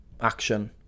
action